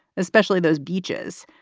especially those beaches,